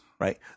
right